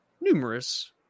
numerous